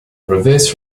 reverse